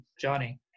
Johnny